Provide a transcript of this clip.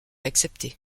accepté